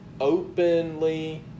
openly